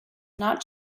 not